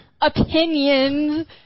opinions